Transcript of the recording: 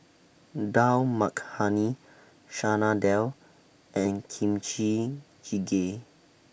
Dal Makhani Chana Dal and Kimchi Jjigae